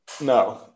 No